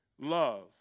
love